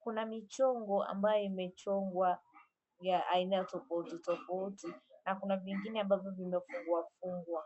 Kuna michongo ambayo imechongwa ya aina tofauti tofauti na kuna vingine ambavyo vimefungwafungwa.